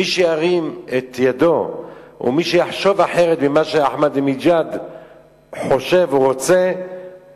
מי שירים את ידו או מי שיחשוב אחרת ממה שאחמדינג'אד חושב או רוצה,